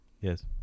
Yes